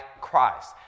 Christ